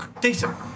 decent